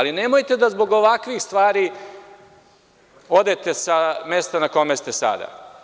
Nemojte da zbog ovakvih stvari odete sa mesta na kome ste sada.